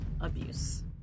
abuse